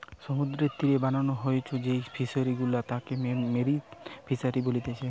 সমুদ্রের তীরে বানানো হয়ঢু যেই ফিশারি গুলা তাকে মেরিন ফিসারী বলতিচ্ছে